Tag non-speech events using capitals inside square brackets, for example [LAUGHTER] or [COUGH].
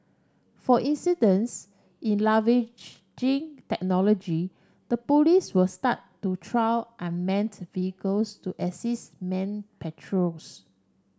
for incidence in [UNINTELLIGIBLE] technology the police will start to trial unmanned vehicles to assist man patrols